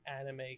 anime